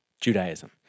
Judaism